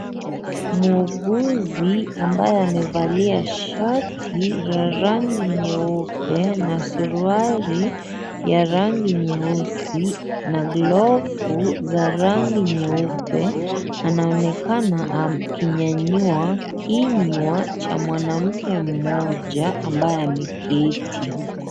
Muuguzi ambaye amevalia shati la rangi nyeupe na suruali ya rangi nyeusi na glovu za rangi yeupe, anaonekana akinyayua kinywa cha mwanamke moja ambaye ameketi.